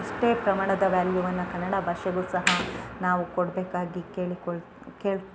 ಅಷ್ಟೇ ಪ್ರಮಾಣದ ವ್ಯಾಲ್ಯೂವನ್ನು ಕನ್ನಡ ಭಾಷೆಗೂ ಸಹ ನಾವು ಕೊಡಬೇಕಾಗಿ ಕೇಳಿಕೊಳ್ಳು ಕೇಳಿ